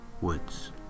woods